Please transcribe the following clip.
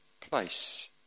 place